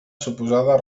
suposada